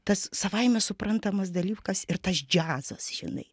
tas savaime suprantamas dalykas ir tas džiazas žinai